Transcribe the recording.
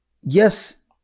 yes